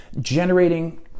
generating